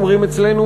אומרים אצלנו,